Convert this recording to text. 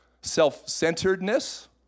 self-centeredness